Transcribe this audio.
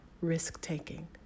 risk-taking